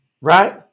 right